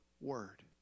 word